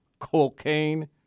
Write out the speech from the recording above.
cocaine